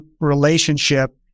relationship